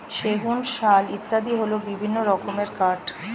সেগুন, শাল ইত্যাদি হল বিভিন্ন রকমের কাঠ